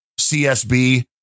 CSB